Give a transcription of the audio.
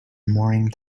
morning